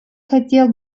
хотел